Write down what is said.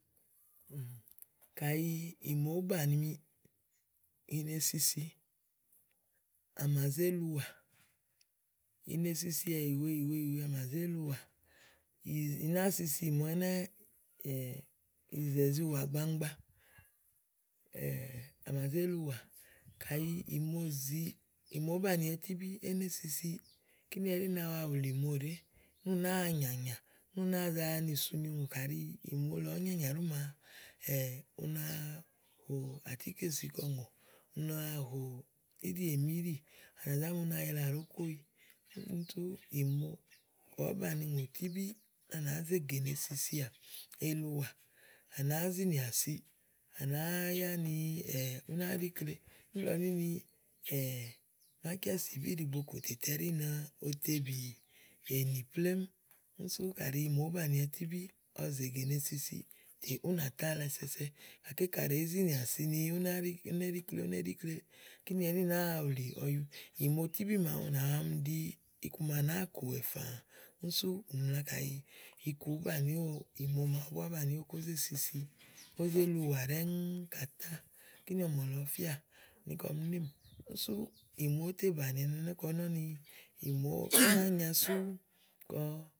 Kayi ìmo òó banìimi, ine sisi, à mà zéli ùwà ine sisià ìyì wèe ìyìwèe ìyìwèe à mà zé li ùwà. ìi ̀i nàáa sisi ìmo ɛnɛ́ ìyìzà ìziwà gbaŋgba àmà zé li ùwà. kàyi ìmo zìi, ìmòó banìi wɛ tíbíí, é né sisii kíni ɛɖí na wa wùlì ìmo ɖèé. ú náa nyànyà, ú náa ni isu nyo ùŋò kàɖi ìmo lɔ ɔ̀ɔ́ nyanyà ɖí màa ù nàáa hò àtíkèsi kɔ ùŋó. U na wa hò íɖìèmíɖì à nà zá mu ni ayila ɖòó koéyi. úni sú ìmo kayi ùú banìi úŋò tíbí, úni à nàá zegè nì esisià eli ùwà. À nàáá zinìà siì. À nàáá yá ni èé ú ná ɖi íkle níìlɔ ɖí ni mácɛ́sìbí ɖìigbo kòlètè ɛɖí no tebì ènì plémú. úni sú kàɖi ìmo òó banìiwɛ tíbí ɔwɔ zègè nì esisi, té ú nà tá alɛsɛsɛ gàké kaɖi èé zinìà si ni ú ná ɖi ú néɖi íkle, úné ɖi íkle úné ɖi íkle ú né ɖi íkle, kíni ɛɖí nàáa wùlì ɔyu ìmo tìbí màawu nà mi ɖi iku màa nàáa kòwɛ̀ fãã úni sú ù mla ni kayi iku ùú banìiówò ìmo màawu búá àá banìiówò kó zé sisi kó zé li ùwà ɖɛ́ŋú kàtá. kíni ɔ̀mɔ̀lɔ fía ni kɔm nɔ̀émì. úni sú ìmo oò tè bàniémi kɔ bu nɔ̀ ni ìmo ú ná nya sú kɔ.